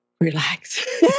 relax